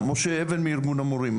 משה אבן מארגון המורים,